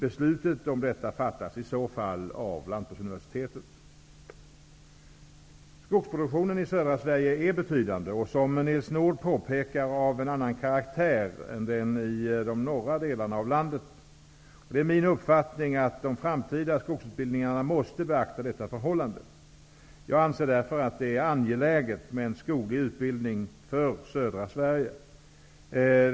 Beslut om detta fattas i så fall av Skogsproduktionen i södra Sverige är betydande och som Nils Nordh påpekar av en annan karaktär än den i de norra delarna av landet. Det är min uppfattning att de framtida skogsutbildningarna måste beakta detta förhållande. Jag anser därför att det är angeläget med en skoglig utbildning för södra Sverige.